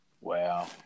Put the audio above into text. Wow